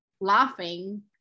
laughing